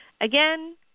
Again